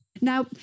Now